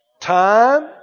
Time